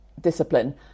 discipline